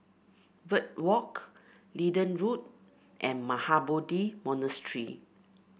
Verde Walk Leedon Road and Mahabodhi Monastery